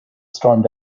stormed